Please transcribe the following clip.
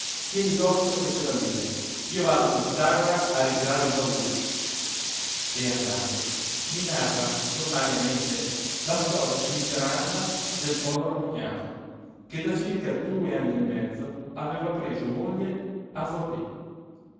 tieni d'occhio queste valige io vado con pitagora a ritirare il baule e andando mi narra sommariamente la storia miseranda del povero cognato che da circa due anni e mezzo aveva preso moglie a forlí